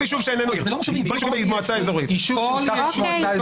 כל יישוב בתוך מועצה אזורית יש לו ועדה.